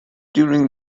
during